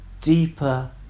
deeper